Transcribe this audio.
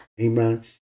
Amen